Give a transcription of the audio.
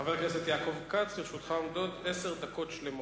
חבר הכנסת יעקב כץ, לרשותך עומדות עשר דקות שלמות.